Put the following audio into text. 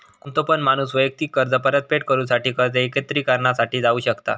कोणतो पण माणूस वैयक्तिक कर्ज परतफेड करूसाठी कर्ज एकत्रिकरणा साठी जाऊ शकता